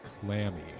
clammy